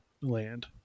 land